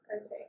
Okay